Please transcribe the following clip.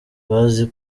bazi